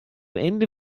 ende